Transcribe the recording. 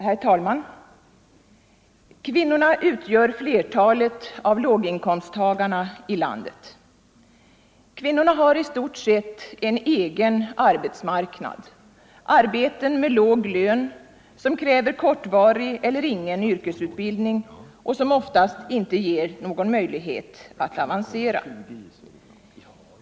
Herr talman! Kvinnorna utgör flertalet av låginkomsttagarna i landet. Kvinnorna har i stort sett en egen arbetsmarknad, arbeten med låg lön som kräver kortvarig eller ingen yrkesutbildning och som oftast inte ger någon möjlighet att avancera.